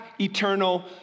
eternal